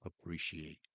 appreciate